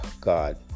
God